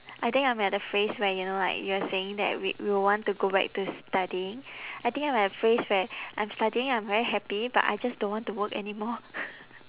I think I'm at the phase where you know like you were saying that we we will want to go back to studying I think I'm at a phase where I'm studying I'm very happy but I just don't want to work anymore